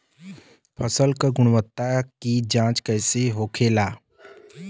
फसल की गुणवत्ता की जांच कैसे होखेला?